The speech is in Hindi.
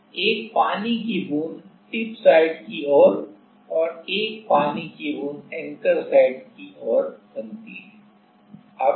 तो एक पानी की बूंद टिप साइट की ओर और एक पानी की बूंद एंकर साइट की ओर बनती है